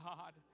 God